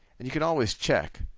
and you can always check,